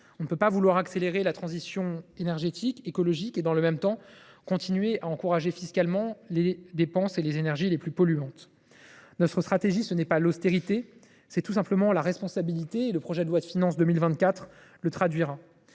On ne peut pas vouloir accélérer la transition énergétique et écologique et, dans le même temps, continuer à encourager fiscalement les dépenses et le recours aux énergies les plus polluantes. Notre stratégie ce n’est pas l’austérité, c’est tout simplement la responsabilité, comme le traduira le projet de loi de finances pour 2024. Je le dis